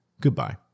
Goodbye